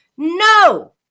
No